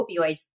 opioids